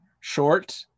short